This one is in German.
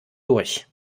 durch